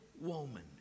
woman